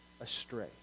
astray